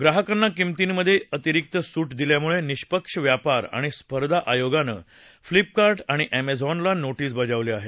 ग्राहकांना किमर्तीमध्ये अतिरिक्त सूट दिल्यामुळे निष्पक्ष व्यापार आणि स्पर्धा आयोगानं फ्लिपकार्ट आणि अमेझॉनला नोटीस बजावली आहे